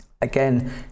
again